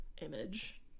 image